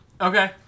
Okay